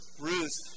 Ruth